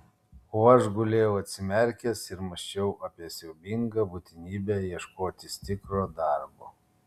o aš gulėjau atsimerkęs ir mąsčiau apie siaubingą būtinybę ieškotis tikro darbo